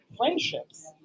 Friendships